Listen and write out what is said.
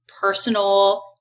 personal